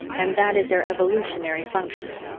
and that is their evolutionary function.